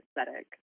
aesthetic